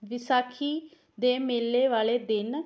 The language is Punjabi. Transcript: ਵਿਸਾਖੀ ਦੇ ਮੇਲੇ ਵਾਲੇ ਦਿਨ